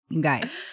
guys